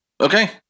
Okay